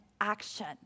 action